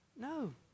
No